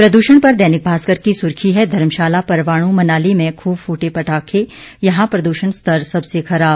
प्रदूषण पर दैनिक भास्कर की सुर्खी है धर्मशाला परवाणू मनाली में खूब फूटे पटाखे यहां प्रदूषण स्तर सबसे खराब